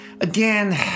again